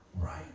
right